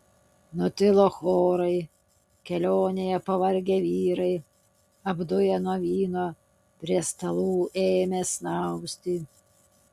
nutilo chorai kelionėje pavargę vyrai apduję nuo vyno prie stalų ėmė snausti